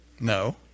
No